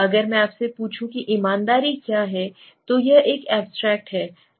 अगर मैं आपसे पूछूं कि ईमानदारी क्या है तो यह एक एब्स्ट्रेक्ट है